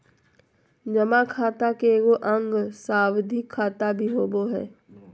जमा खाता के एगो अंग सावधि खाता भी होबो हइ